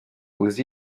aux